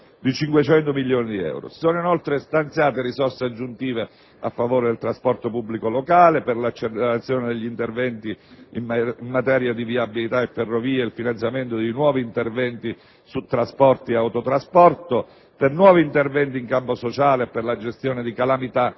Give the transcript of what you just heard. di 500 milioni di euro. Si sono inoltre stanziate risorse aggiuntive a favore del trasporto pubblico locale (400 milioni di euro), per l'accelerazione degli interventi in materia di viabilità e ferrovie e il finanziamento di nuovi interventi su trasporti e autotrasporto (400 milioni di euro), per nuovi interventi in campo sociale e per la gestione delle calamità